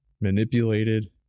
manipulated